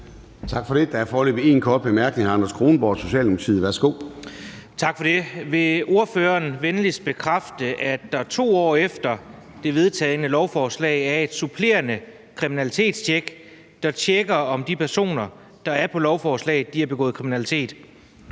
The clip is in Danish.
det. Der er foreløbig en kort bemærkning, og det er fra hr. Anders Kronborg, Socialdemokratiet. Værsgo. Kl. 09:55 Anders Kronborg (S): Tak for det. Vil ordføreren venligst bekræfte, at der 2 år efter det vedtagne lovforslag er et supplerende kriminalitetstjek, der tjekker, om de personer, der er på lovforslaget, har begået kriminalitet?